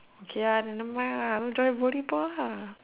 okay uh then nevermind ah don't join volleyball lah